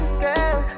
girl